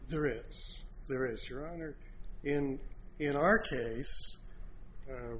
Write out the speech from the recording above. there is there is your honor in in our case